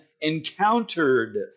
encountered